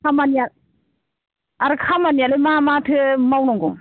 खामानिया आरो खामानियालाय मा माथो मावनांगौ